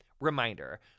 reminder